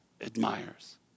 admires